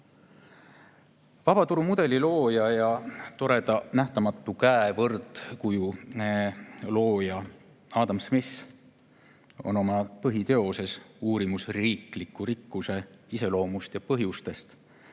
Vabaturumudeli looja ja toreda nähtamatu käe võrdkuju looja Adam Smith on oma põhiteoses "Uurimus riikide rikkuse iseloomust ja põhjustest"